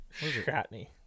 Shatney